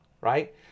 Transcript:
right